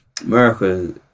America